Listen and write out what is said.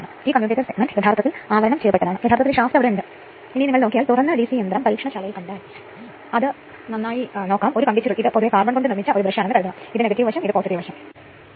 ഇപ്പോൾ ഈ സാഹചര്യത്തിൽ ഉയർന്ന വോൾട്ടേജ് വശത്തേക്ക് തിരഞ്ഞെടുക്കുന്നു Re 1 R 1 K 2 R 2 ഇത് ഉയർന്ന വോൾട്ടേജ് വശത്തേക്ക് പരാമർശിക്കുന്നു